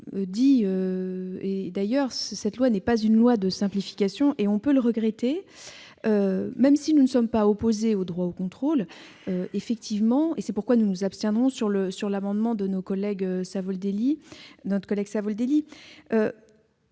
dit, le présent projet de loi n'est pas un texte de simplification, et on peut le regretter. Même si nous ne sommes pas opposés au droit au contrôle- c'est pourquoi nous nous abstiendrons sur l'amendement de notre collègue Savoldelli